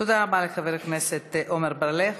תודה רבה לחבר הכנסת עמר בר-לב.